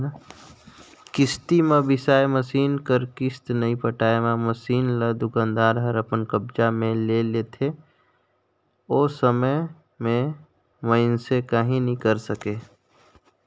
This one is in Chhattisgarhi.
किस्ती म बिसाए मसीन कर किस्त नइ पटाए मे मसीन ल दुकानदार हर अपन कब्जा मे ले लेथे ओ समे में मइनसे काहीं नी करे सकें